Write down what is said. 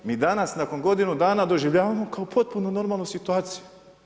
Mi danas nakon godinu dana doživljavamo kao potpuno novu situaciju.